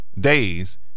days